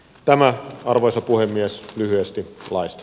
tämä arvoisa puhemies lyhyesti laista